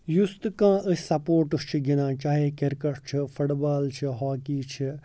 یُس تہِ کانٛہہ أسۍ سُپوٹٕس چھِ گِندان چاہے کِرکَٹ چھُ فٹ بال چھِ ہاکی چھ